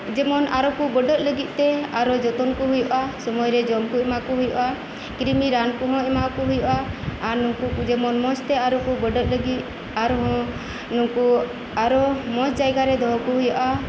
ᱡᱮᱢᱚᱱ ᱟᱨᱚᱠᱩ ᱵᱟᱹᱰᱟᱹᱜ ᱞᱟᱹᱜᱤᱫ ᱛᱮ ᱟᱨᱚ ᱡᱚᱛᱚᱱ ᱠᱩ ᱦᱩᱭᱩᱜᱼᱟ ᱥᱩᱢᱟᱹᱭ ᱨᱮ ᱡᱚᱢ ᱠᱩ ᱮᱢᱟᱠᱩ ᱦᱩᱭᱩᱜᱼᱟ ᱠᱨᱤᱢᱤ ᱨᱟᱱ ᱠᱚᱦᱚ ᱮᱢᱟᱠᱩ ᱦᱩᱭᱩᱜᱼᱟ ᱟᱨ ᱱᱩᱠᱩᱠᱩ ᱡᱮᱢᱚᱱ ᱢᱚᱡᱽᱛᱮ ᱡᱮᱢᱚᱱ ᱟᱨᱚᱠᱩ ᱵᱟᱹᱰᱟᱹᱜ ᱞᱟᱹᱜᱤᱫ ᱟᱨᱦᱚᱸ ᱱᱩᱠᱩ ᱟᱨᱚ ᱢᱚᱡᱽ ᱡᱟᱭᱜᱟ ᱨᱮ ᱫᱚᱦᱚᱠᱩ ᱦᱩᱭᱩᱜᱼᱟ